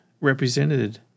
represented